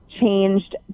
changed